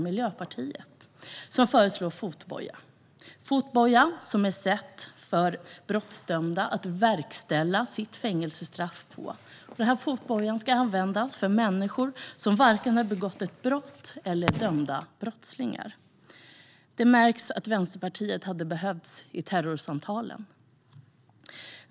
Miljöpartiet föreslår att fotboja - som är ett sätt att verkställa brottsdömdas fängelsestraff - ska användas för människor som varken har begått brott eller är dömda brottslingar. Det märks att Vänsterpartiet hade behövts i terrorsamtalen.